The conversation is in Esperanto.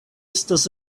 estas